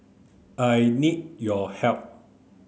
I need your help